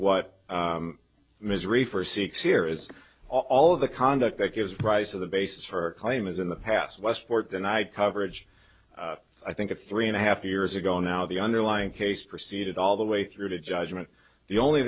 what misery for six year is all of the conduct that gives the price of the basis for a claim as in the past westport denied coverage i think it's three and a half years ago now the underlying case proceeded all the way through to judgement the only